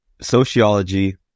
sociology